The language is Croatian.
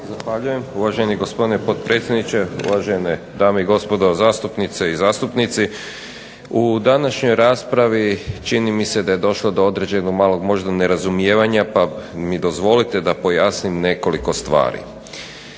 Zahvaljujem. Uvaženi gospodine potpredsjedniče, uvažene dame i gospodo zastupnice i zastupnici. U današnjoj raspravi čini mi se da je došlo do određenog malog možda nerazumijevanja pa mi dozvolite da pojasnim nekoliko stvari.